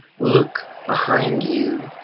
look behind you,